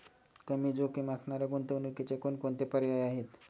कमी जोखीम असणाऱ्या गुंतवणुकीचे कोणकोणते पर्याय आहे?